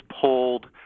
pulled